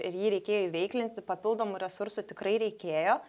ir jį reikėjo įveiklinti papildomų resursų tikrai reikėjo